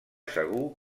segur